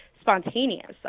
spontaneous